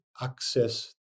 access